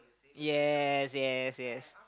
yes yes yes